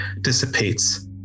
dissipates